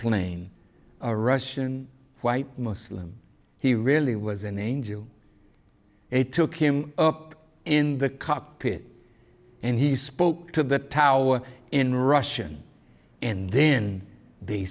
plane a russian white muslim he really was an angel a took him up in the cockpit and he spoke to the tower in russian and then they